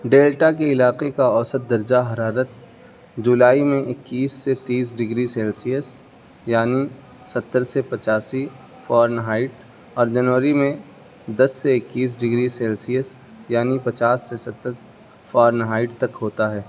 delta کے علاقے کا اوسط درجہ حرارت جولائی میں اکیس سے تیس ڈگری سیلسیس یعنی ستّر سے پچاسی فارن ہائٹ اور جنوری میں دس سے اکیس ڈگری سینسیس یعنی پچاس سے ستّر فارن ہائٹ تک ہوتا ہے